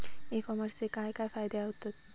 E कॉमर्सचे काय काय फायदे होतत?